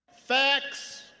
Facts